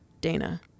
Dana